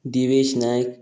Divesh Naik